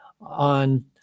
on